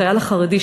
החייל החרדי,